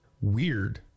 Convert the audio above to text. weird